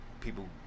People